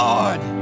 Lord